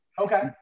Okay